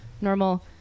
normal